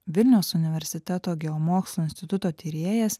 vilniaus universiteto geomokslų instituto tyrėjas